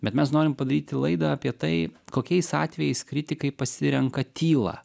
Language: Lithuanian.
bet mes norim padaryti laidą apie tai kokiais atvejais kritikai pasirenka tylą